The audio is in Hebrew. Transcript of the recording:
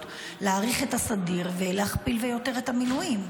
להאריך את הסדיר ולהכפיל ויותר את המילואים.